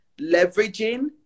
leveraging